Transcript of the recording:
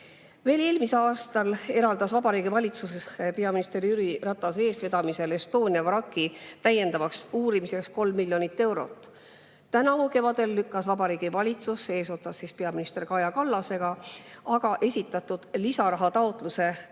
eelmisel aastal eraldas Vabariigi Valitsus peaminister Jüri Ratase eestvedamisel Estonia vraki täiendavaks uurimiseks 3 miljonit eurot. Tänavu kevadel lükkas Vabariigi Valitsus eesotsas peaminister Kaja Kallasega aga esitatud lisarahataotluse tagasi,